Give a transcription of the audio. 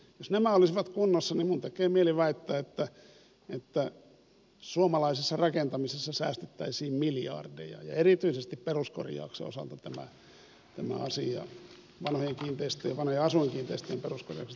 minun tekee mieli väittää että jos nämä olisivat kunnossa suomalaisessa rakentamisessa säästettäisiin miljardeja ja erityisesti peruskorjauksen osalta vanhojen asuinkiinteistöjen peruskorjauksethan ovat erittäin merkittäviä